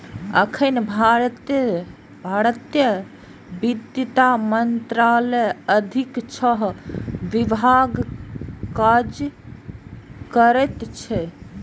एखन भारतीय वित्त मंत्रालयक अधीन छह विभाग काज करैत छैक